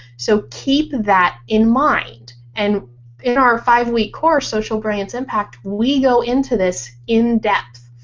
so keep that in mind and in our five week course social brilliance impact! we go into this indepth.